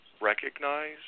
recognize